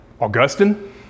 Augustine